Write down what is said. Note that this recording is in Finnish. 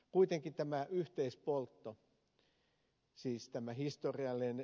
kuitenkin tämä yhteispoltto siis tämä historiallinen